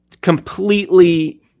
completely